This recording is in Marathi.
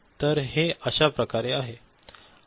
तर हे अश्या प्रकारे आहे